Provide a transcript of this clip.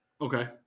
Okay